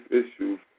issues